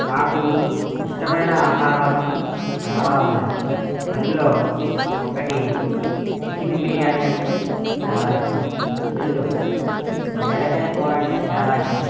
నాకు ఇష్టమైన ఆహారాలు చాలా ఉన్నాయి అందులో ఒకటి చికెన్ బిర్యానీ అంటే చాలా ఇష్టం రెండు బీరకాయ కూర అంటే చాలా ఇష్టం